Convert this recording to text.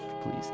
please